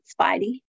Spidey